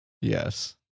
Yes